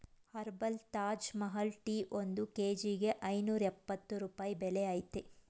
herbal Taj Mahal tea ಒಂದ್ ಕೇಜಿಗೆ ಐನೂರ್ಯಪ್ಪತ್ತು ರೂಪಾಯಿ ಬೆಲೆ ಅಯ್ತೇ